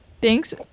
Thanks